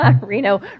Reno